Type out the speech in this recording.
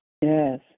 Yes